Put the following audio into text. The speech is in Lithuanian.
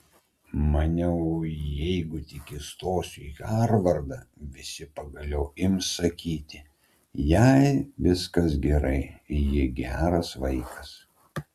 maniau jeigu tik įstosiu į harvardą visi pagaliau ims sakyti jai viskas gerai ji geras vaikas